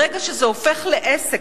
ברגע שזה הופך לעסק,